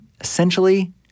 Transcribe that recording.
essentially